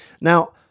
Now